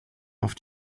auf